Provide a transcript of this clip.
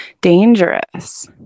dangerous